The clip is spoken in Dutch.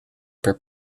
per